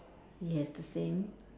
yes the same